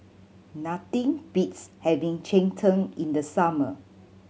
nothing beats having cheng tng in the summer